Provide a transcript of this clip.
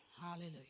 hallelujah